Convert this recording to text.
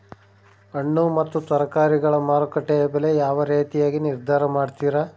ಹಣ್ಣು ಮತ್ತು ತರಕಾರಿಗಳ ಮಾರುಕಟ್ಟೆಯ ಬೆಲೆ ಯಾವ ರೇತಿಯಾಗಿ ನಿರ್ಧಾರ ಮಾಡ್ತಿರಾ?